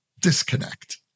disconnect